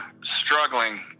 struggling